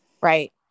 Right